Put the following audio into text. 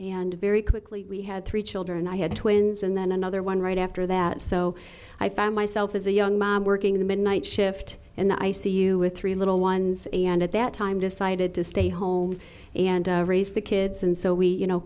and very quickly we had three children i had twins and then another one right after that so i found myself as a young mom working the midnight shift in the i c u with three little ones and at that time decided to stay home and raise the kids and so we you know